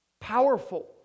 Powerful